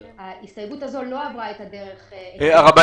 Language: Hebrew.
ההסתייגות הזו לא עברה את הדרך --- הרבנית,